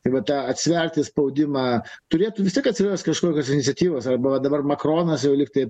tai va tą atsiverti spaudimą turėtų vis tiek atsiras kažkokios iniciatyvos arba dabar makronas jau lygtai